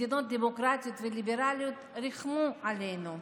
מדינות דמוקרטיות וליברליות ריחמו עלינו,